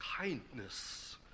kindness